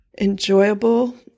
enjoyable